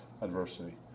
adversity